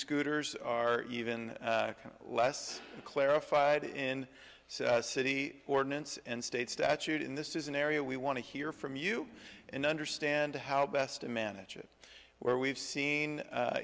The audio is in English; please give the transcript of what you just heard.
scooters are even less clarified in city ordinance and state statute in this is an area we want to hear from you and understand how best to manage it where we've seen